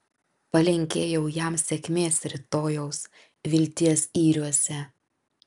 palinkėjau jam sėkmės rytojaus vilties yriuose